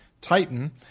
Titan